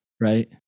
Right